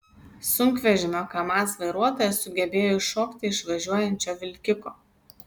sunkvežimio kamaz vairuotojas sugebėjo iššokti iš važiuojančio vilkiko